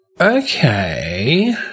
Okay